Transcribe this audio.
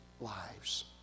lives